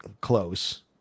close